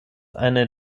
eine